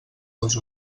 els